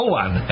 one